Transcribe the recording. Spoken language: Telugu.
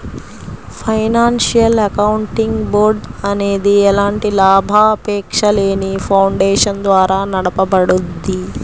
ఫైనాన్షియల్ అకౌంటింగ్ బోర్డ్ అనేది ఎలాంటి లాభాపేక్షలేని ఫౌండేషన్ ద్వారా నడపబడుద్ది